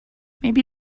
maybe